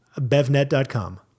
BevNet.com